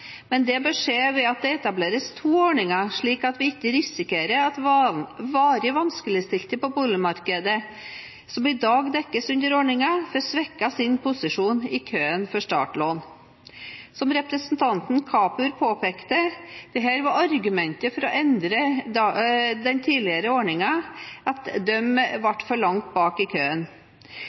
Men det bør skje ved at det etableres to ordninger, slik at vi ikke risikerer at varig vanskeligstilte på boligmarkedet som i dag dekkes av ordningen, får svekket sin posisjon i køen for startlån. Som representanten Kapur påpekte, dette var argumentet for å endre den tidligere ordningen, at de kom for langt bak i køen.